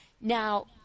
Now